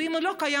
ואם לא קיים,